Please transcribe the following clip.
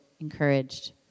encouraged